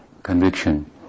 Conviction